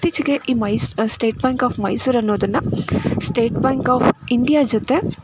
ಇತ್ತೀಚೆಗೆ ಈ ಮೈಸ್ ಸ್ಟೇಟ್ ಬ್ಯಾಂಕ್ ಆಫ್ ಮೈಸೂರನ್ನೋದನ್ನು ಸ್ಟೇಟ್ ಬ್ಯಾಂಕ್ ಆಫ್ ಇಂಡಿಯಾ ಜೊತೆ